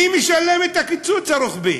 מי משלם את הקיצוץ הרוחבי?